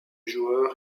joueur